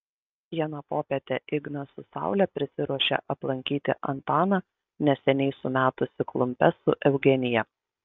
vieną popietę ignas su saule prisiruošė aplankyti antaną neseniai sumetusį klumpes su eugenija